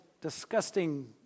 disgusting